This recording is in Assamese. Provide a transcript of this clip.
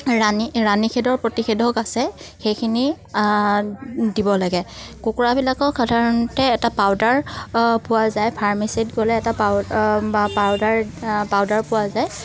ৰাণী ৰাণীষেধৰ প্ৰতিষেধক আছে সেইখিনি দিব লাগে কুকুৰাবিলাকক সাধাৰণতে এটা পাউদাৰ পোৱা যায় ফাৰ্মেচিত গ'লে এটা পা পাউদাৰ পাউডাৰ পোৱা যায়